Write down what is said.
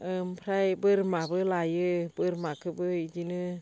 ओमफ्राय बोरमाबो लायो बोरमाखौबो बिदिनो